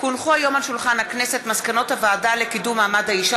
64 בעד,